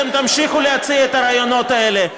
אתם תמשיכו להציע את הרעיונות האלה.